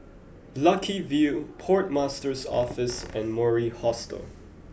Lucky View Port Master's Office and Mori Hostel